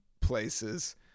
places